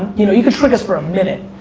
you know you can trick us for a minute,